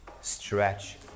Stretch